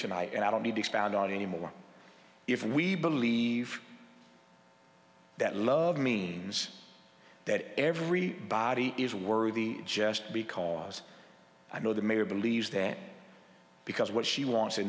tonight and i don't need to expound on anymore if we believe that love means that every body is worthy just because i know the mayor believes that because what she wants